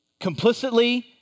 complicitly